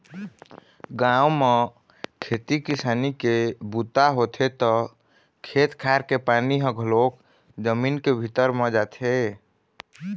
गाँव म खेती किसानी के बूता होथे त खेत खार के पानी ह घलोक जमीन के भीतरी म जाथे